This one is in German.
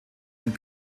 und